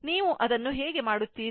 ನೀವು ಅದನ್ನು ಹೇಗೆ ಮಾಡುತ್ತೀರಿ